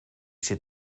zit